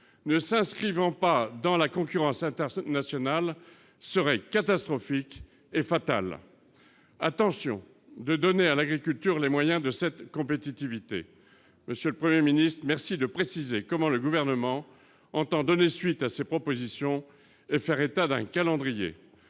ne s'inscrivant pas dans la concurrence internationale serait catastrophique et fatale attention de donner à l'agriculture, les moyens de cette compétitivité monsieur le 1er Ministre merci de préciser comment le gouvernement entend donner suite à ces propositions, faire état d'un calendrier